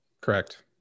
Correct